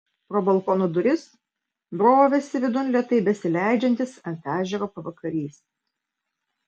pro balkono duris brovėsi vidun lėtai besileidžiantis ant ežero pavakarys